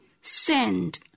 send